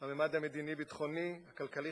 בממד המדיני-ביטחוני, הכלכלי-חברתי,